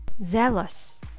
zealous